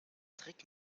trick